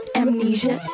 amnesia